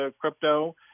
crypto